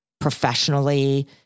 professionally